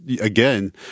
again